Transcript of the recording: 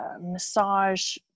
massage